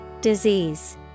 Disease